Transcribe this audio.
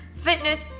fitness